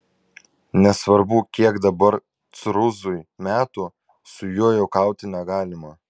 nesvarbu kiek dabar cruzui metų su juo juokauti negalima